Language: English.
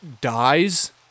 dies